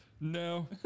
No